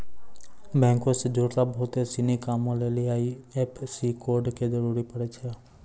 बैंको से जुड़लो बहुते सिनी कामो लेली आई.एफ.एस.सी कोड के जरूरी पड़ै छै